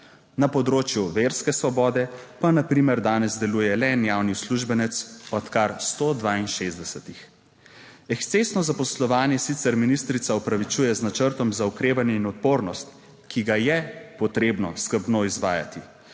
na področju verske svobode pa na primer danes deluje le en javni uslužbenec od kar 162. Ekscesno zaposlovanje sicer ministrica opravičuje z načrtom za okrevanje in odpornost, ki ga je potrebno skrbno izvajati,